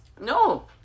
No